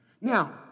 Now